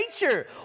nature